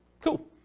Cool